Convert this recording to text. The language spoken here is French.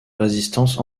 résistance